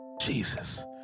Jesus